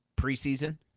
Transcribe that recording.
preseason